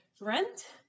rent